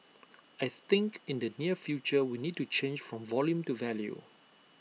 I think in the near future we need to change from volume to value